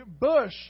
bush